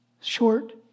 short